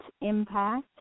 impact